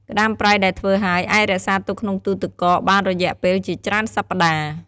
ក្ដាមប្រៃដែលធ្វើហើយ អាចរក្សាទុកក្នុងទូទឹកកកបានរយៈពេលជាច្រើនសប្តាហ៍។